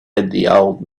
old